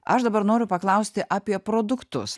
aš dabar noriu paklausti apie produktus